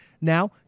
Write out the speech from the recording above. now